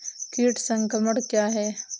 कीट संक्रमण क्या है?